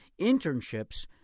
Internships